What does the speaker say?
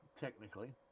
technically